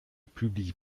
publie